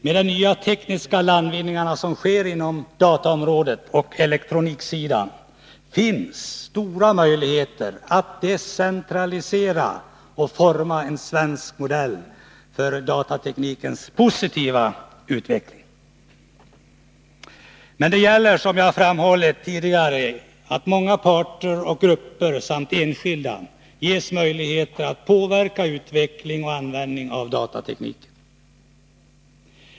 Med de nya tekniska landvinningar som görs inom dataområdet och på elektroniksidan finns stora möjligheter att decentralisera och utforma en svensk modell för datateknikens positiva utveckling. Men det gäller, som jag framhållit tidigare, att se till att många parter och grupper samt enskilda ges möjligheter att påverka utvecklingen och användningen av datatekniken.